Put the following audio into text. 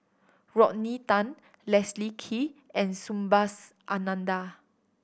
Rodney Tan Leslie Kee and Subhas Anandan